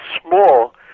small